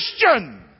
Christian